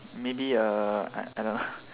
maybe uh I I don't